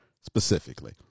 specifically